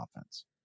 offense